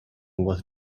was